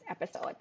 episode